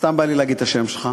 סתם בא לי להגיד את השם שלך.